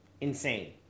Insane